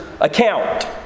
account